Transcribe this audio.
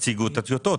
תציגו את הטיוטות.